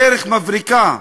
דרך מבריקה.